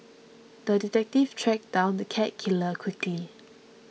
the detective tracked down the cat killer quickly